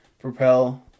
propel